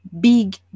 big